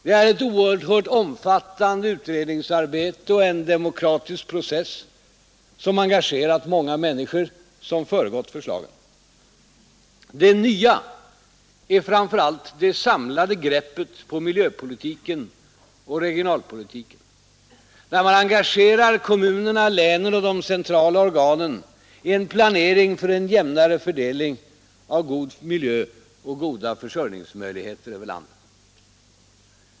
Det är ett oerhört omfattande utredningsarbete och en demokratisk process, som engagerat många människor, som föregått förslagen. Det nya är framför allt det samlade greppet på miljöpolitiken och regionalpolitiken, där man engagerar kommunerna, länen och de centrala organen i en planering för en jämnare fördelning av god miljö och goda försörjningsmöjligheter över landet.